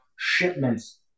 shipments